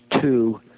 two